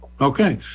Okay